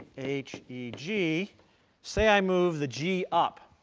h, e, g say i move the g up.